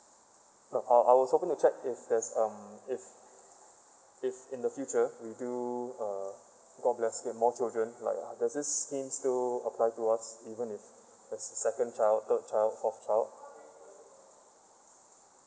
no I~ I was hoping to check if there's um if if in the future we do uh god bless get more children like uh does this scheme still apply to us even if there's a second child third child forth child